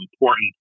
important